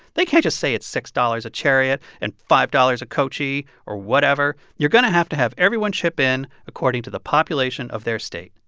they can't just say it's six dollars a chariot and five dollars a coachee or whatever. you're going to have to have everyone chip in according to the population of their state.